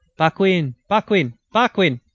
paquin. paquin. paquin.